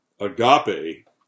agape